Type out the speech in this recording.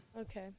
Okay